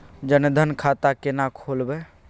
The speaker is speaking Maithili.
जनधन खाता केना खोलेबे?